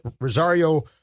rosario